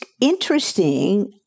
interesting